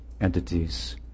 entities